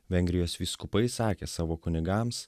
vengrijos vyskupai sakė savo kunigams